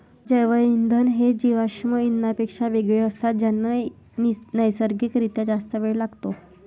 जैवइंधन हे जीवाश्म इंधनांपेक्षा वेगळे असतात ज्यांना नैसर्गिक रित्या जास्त वेळ लागतो